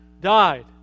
died